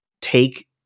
take